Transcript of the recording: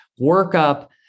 workup